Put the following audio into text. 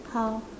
how